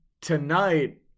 tonight